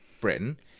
Britain